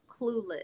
clueless